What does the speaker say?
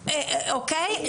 אוקי,